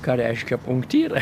ką reiškia punktyrai